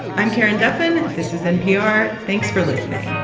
i'm karen duffin. this is npr. thanks for listening